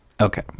Okay